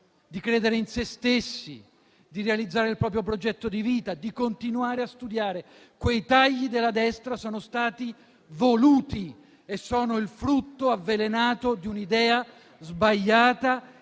di credere in se stessi, di realizzare il proprio progetto di vita, di continuare a studiare. Quei tagli della destra sono stati voluti e sono il frutto avvelenato di un'idea sbagliata